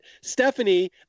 Stephanie